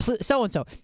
So-and-so